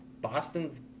Boston's